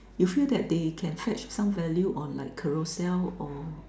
you feel that they can fetch some value on like Carousell or